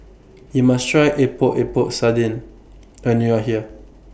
YOU must Try Epok Epok Sardin when YOU Are here